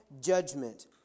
judgment